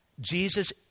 Jesus